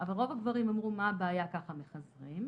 אבל רוב הגברים אמרו מה הבעיה ככה מחזרים,